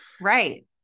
Right